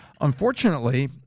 Unfortunately